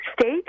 state